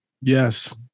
Yes